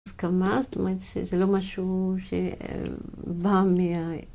זו הסכמה, זאת אומרת שזה לא משהו שבא מה...